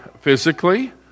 physically